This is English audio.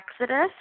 Exodus